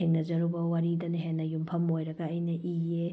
ꯊꯦꯡꯅꯖꯔꯨꯕ ꯋꯥꯔꯤꯗꯅ ꯍꯦꯟꯅ ꯌꯨꯝꯐꯝ ꯑꯣꯏꯔꯒ ꯑꯩꯅ ꯏꯌꯦ